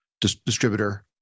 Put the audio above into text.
distributor